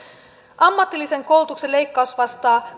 ammatillisen koulutuksen leikkaus vastaa